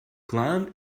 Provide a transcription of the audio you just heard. climb